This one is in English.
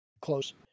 close